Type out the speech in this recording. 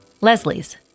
Leslie's